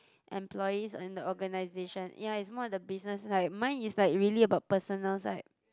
employees and the organisation ya it's more of the business side mine is like really about personnel side